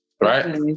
right